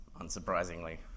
unsurprisingly